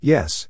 Yes